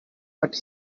but